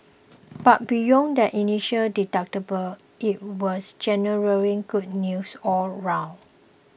but beyond that initial deductible it was generally good news all round